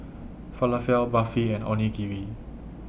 Falafel of Barfi and Onigiri